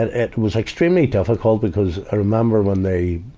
it, it was extremely difficult because i remember when they,